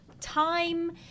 time